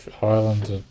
Highlands